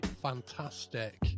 fantastic